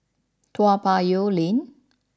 Toa Payoh Lane